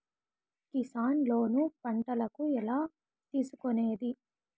Kisan loan పంటలకు ఎలా తీసుకొనేది?